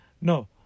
no